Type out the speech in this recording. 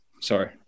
Sorry